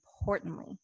importantly